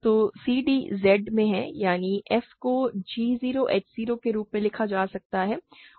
तो cd Z में है यानी f को g 0 h 0 के रूप में लिखा जा सकता है